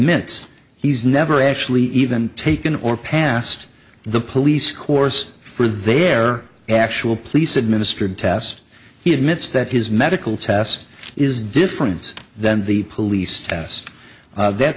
mit's he's never actually even taken or passed the police course for their actual police administered test he admits that his medical test is different than the police test that